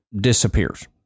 disappears